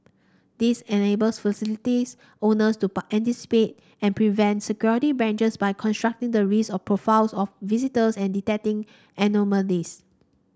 this enables facilities owners to anticipate and prevent security breaches by constructing the risk profiles of visitors and detecting anomalies